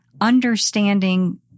understanding